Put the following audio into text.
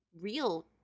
real